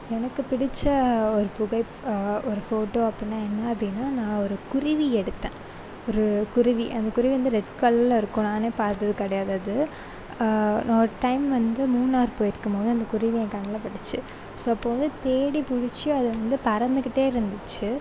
எனக்கு பிடித்த ஒரு புகை ஒரு ஃபோட்டோ அப்படினா என்ன அப்படினா நான் ஒரு குருவி எடுத்தன் ஒரு குருவி அந்த குருவி வந்து ரெட் கலர்லயிருக்கும் நானே பார்த்தது கிடையாது அது நான் ஒரு டைம் வந்து மூணார் போயிருக்கும்போது அந்த குருவி என் கண்ணில் பட்டுச்சு ஸோ அப்போ வந்து தேடி பிடிச்சி அதை வந்து பறந்துக்கிட்டே இருந்துச்சு